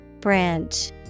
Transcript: Branch